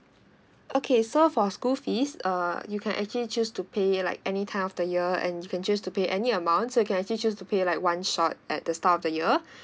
okay so for school fees uh you can actually choose to pay like any time of the year and you can choose to pay any amount so you can actually choose to pay like one shot at the start of the year